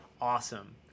Awesome